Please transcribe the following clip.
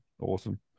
Awesome